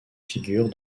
figurent